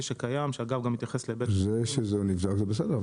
שקיים --- זה שהוא נבדק זה בסדר,